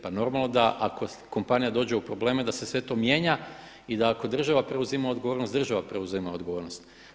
Pa normalno da ako kompanija dođe u probleme da se sve to mijenja i da ako država preuzima odgovornost, država preuzima odgovornost.